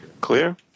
Clear